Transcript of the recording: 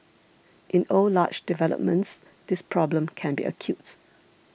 in old large developments this problem can be acute